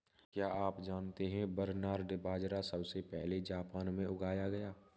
क्या आप जानते है बरनार्ड बाजरा सबसे पहले जापान में उगाया गया